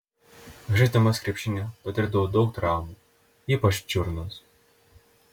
žaisdamas krepšinį patirdavau daug traumų ypač čiurnos